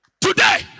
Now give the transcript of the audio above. today